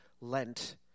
Lent